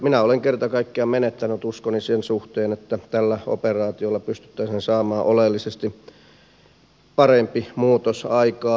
minä olen kerta kaikkiaan menettänyt uskoni sen suhteen että tällä operaatiolla pystyttäisiin saamaan oleellisesti parempi muutos aikaan